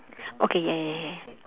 okay ya ya ya ya